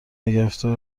نگرفته